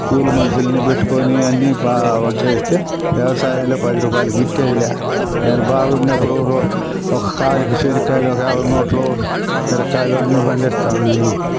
కూలి మనుషుల్ని పెట్టుకుని అన్నీ బాగా చేస్తే వ్యవసాయంలో పది రూపాయలు గిట్టేది లే దునేను బాగున్నప్పుడు ఒక కారుకి శనగకాయలు ఒక యాభై మూటలు మిరపకాయలు అన్నీ పండిస్తూ ఉన్నాను